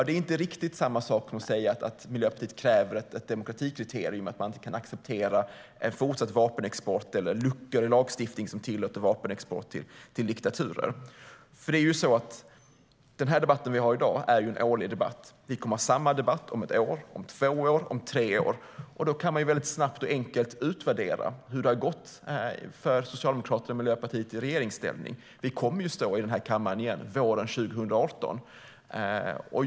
Det är inte riktigt samma sak som att säga att Miljöpartiet kräver ett demokratikriterium eller att man inte kan acceptera en fortsatt vapenexport eller luckor i lagstiftningen som tillåter vapenexport till diktaturer. Den debatt vi har i dag är en årlig debatt. Vi kommer att ha samma debatt om ett år, om två år och om tre år. Då kan man snabbt och enkelt utvärdera hur det har gått för Socialdemokraterna och Miljöpartiet i regeringsställning. Vi kommer att stå i den här kammaren igen våren 2018.